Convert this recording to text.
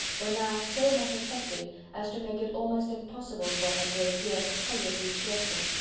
were now so much affected as to make it almost impossible for her to appear tolerably cheerful.